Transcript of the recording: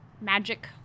magic